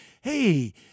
Hey